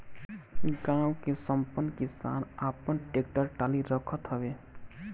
गांव के संपन्न किसान आपन टेक्टर टाली रखत हवे